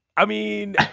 i mean.